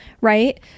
right